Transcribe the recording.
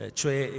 cioè